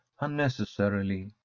unnecessarily